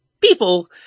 people